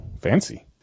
fancy